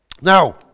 Now